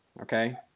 Okay